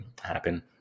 happen